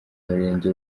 murenge